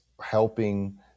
helping